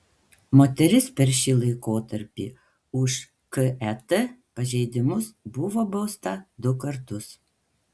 moteris per šį laikotarpį už ket pažeidimus buvo bausta du kartus